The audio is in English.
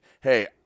hey